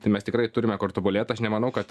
tai mes tikrai turime kur tobulėt aš nemanau kad